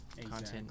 Content